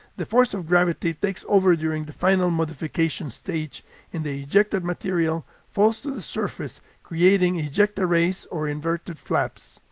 the force of gravity takes over during the final modification stage and the ejected material falls to the surface creating ejecta rays or inverted flaps.